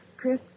Chris